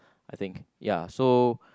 I think ya so